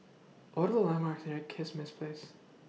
What Are The landmarks near Kismis Place